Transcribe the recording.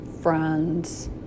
friends